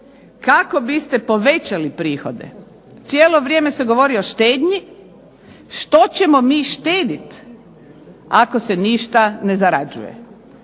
kako biste povećali prihode. Cijelo vrijeme se govori o štednji. Što ćemo mi štedjeti ako se ništa ne zarađuje.